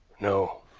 no.